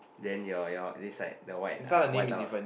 then your your this side the white uh the white towel